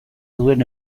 duen